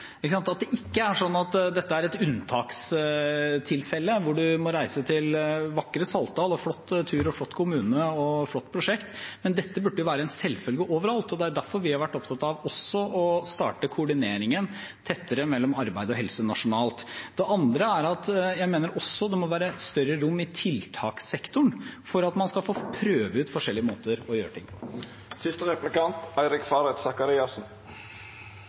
at ikke dette er et unntakstilfelle – hvor man må reise til vakre Saltdal, en flott tur, flott kommune og et flott prosjekt. Dette burde jo være en selvfølge overalt. Det er derfor vi også har vært opptatt av å starte koordineringen tettere mellom arbeid og helse nasjonalt. Det andre er at jeg mener også det må være større rom i tiltakssektoren for at man skal få prøve ut forskjellige måter å gjøre ting